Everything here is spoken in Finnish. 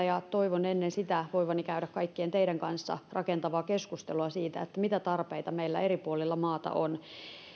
ja toivon voivani ennen sitä käydä kaikkien teidän kanssa rakentavaa keskustelua siitä mitä tarpeita meillä eri puolilla maata on